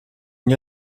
nie